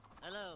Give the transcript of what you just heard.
Hello